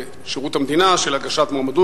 בעיה של ראש הממשלה